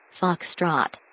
Foxtrot